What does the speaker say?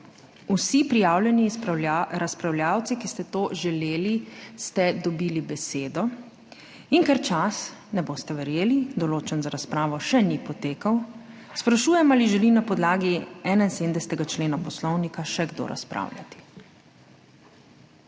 Vsi prijavljeni razpravljavci, ki ste to želeli, ste dobili besedo, in ker čas, ne boste verjeli, določen za razpravo še ni potekel, sprašujem, ali želi na podlagi 71. člena Poslovnika še kdo razpravljati.